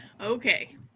Okay